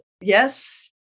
yes